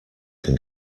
can